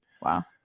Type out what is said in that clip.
Wow